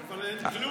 אבל אין כלום.